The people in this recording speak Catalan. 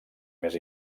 més